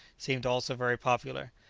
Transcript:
seemed also very popular.